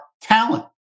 talent